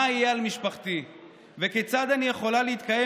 מה יהיה על משפחתי וכיצד אני יכולה להתקיים